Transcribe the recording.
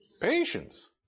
Patience